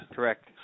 Correct